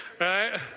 right